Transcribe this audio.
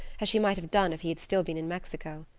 as she might have done if he had still been in mexico.